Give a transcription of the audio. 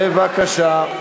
בבקשה.